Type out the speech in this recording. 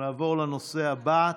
נעבור לנושא הבא,